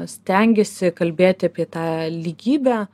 stengiasi kalbėti apie tą lygybę